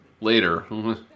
Later